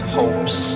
hopes